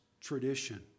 tradition